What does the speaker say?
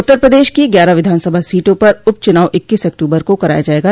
उत्तर प्रदेश की ग्यारह विधानसभा सीटों पर उप चुनाव इक्कीस अक्टूबर को कराया जायेगा